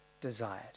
desired